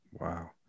Wow